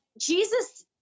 Jesus